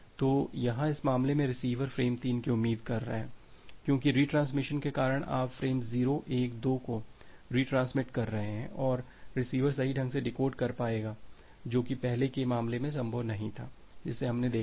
तो यहाँ इस मामले में रिसीवर फ्रेम 3 की उम्मीद कर रहा है क्योंकि रिट्रांसमिशन के कारण आप फ्रेम 0 1 2 को रीट्रांसमिट कर रहे हैं रिसीवर सही ढंग से डिकोड कर पाएगा जो कि पहले के मामले में संभव नहीं था जिसे हमने देखा है